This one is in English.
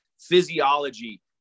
physiology